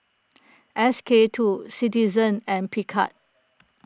S K two Citizen and Picard